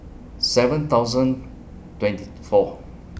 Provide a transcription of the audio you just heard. seven thousand twenty four